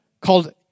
called